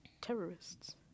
terrorists